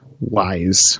wise